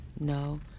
no